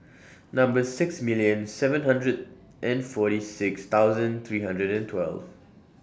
Number six million seven hundred and forty six thousand three hundred and twelve